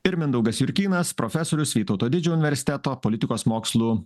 ir mindaugas jurkynas profesorius vytauto didžiojo universiteto politikos mokslų